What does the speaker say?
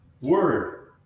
word